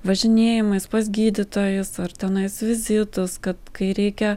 važinėjimais pas gydytojus ar tenais vizitus kad kai reikia